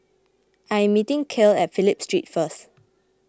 I am meeting Kale at Phillip Street first